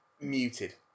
muted